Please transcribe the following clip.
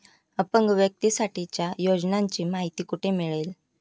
अपंग व्यक्तीसाठीच्या योजनांची माहिती कुठे मिळेल?